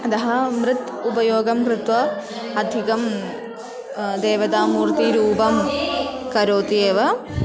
अतः मृत् उपयोगं कृत्वा अधिकं देवतामूर्तिरूपं करोति एव